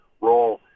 role